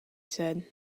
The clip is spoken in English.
said